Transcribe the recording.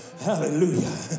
Hallelujah